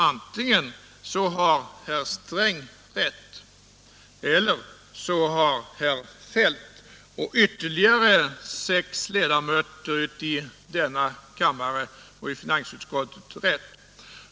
Antingen har herr Sträng rätt, eller också har herr Feldt och ytterligare sex ledamöter av kammaren och av finansutskottet rätt.